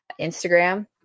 Instagram